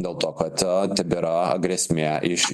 dėl to kad tebėra grėsmė iš